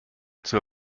zur